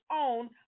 own